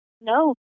No